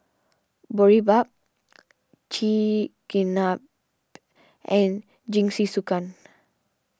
Boribap Chigenabe and Jingisukan